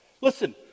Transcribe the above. Listen